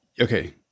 okay